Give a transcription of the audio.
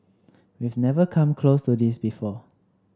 we've never come close to this before